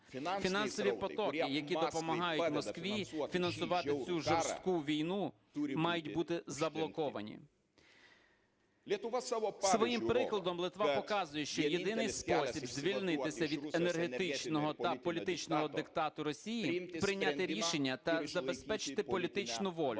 Фінансові потоки, які допомагають Москві фінансувати цю жорстку війну, мають бути заблоковані. Своїм прикладом Литва показує, що єдиний спосіб звільнитися від енергетичного та політичного диктату Росії прийняти рішення та забезпечити політичну волю.